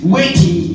Waiting